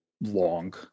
long